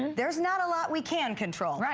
there is not a lot we can control,